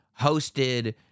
hosted